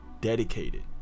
dedicated